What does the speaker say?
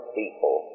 people